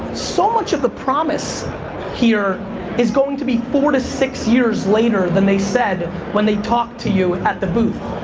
so much of the promise here is going to be four to six years later than they said when they talked to you at the booth.